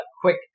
quick